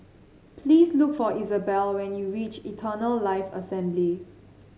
please look for Isabelle when you reach Eternal Life Assembly